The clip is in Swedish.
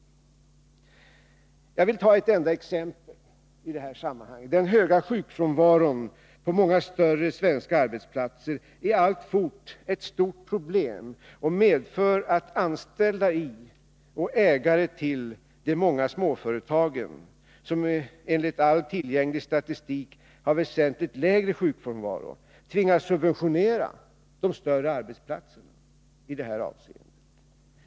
Jag vill i detta sammanhang anföra ett enda exempel: Den höga sjukfrånvaron på många större svenska arbetsplatser är alltfort ett stort problem och medför att anställda i och ägare till de många småföretag, som enligt all tillgänglig statistik har väsentligt lägre sjukfrånvaro i det här avseendet, tvingas subventionera de större arbetsplatserna.